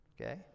Okay